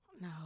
no